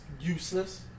Useless